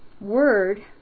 word